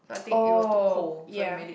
oh yeah